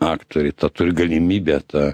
aktoriai tą turi galimybę tą